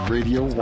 Radio